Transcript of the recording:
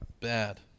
bad